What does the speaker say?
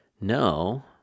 No